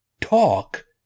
talk